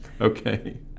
Okay